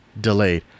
delayed